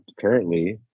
currently